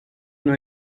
una